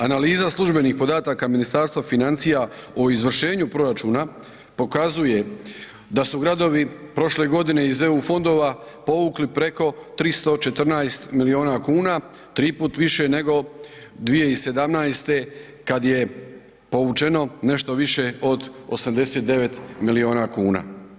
Analiza službenih podataka Ministarstva financija o izvršenju proračuna pokazuje da su gradovi prošle godine iz EU fondova povukli preko 314 milijuna kuna, 3 puta više nego 2017. kad je povučeno nešto više od 89 milijuna kuna.